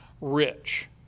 rich